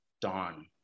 Dawn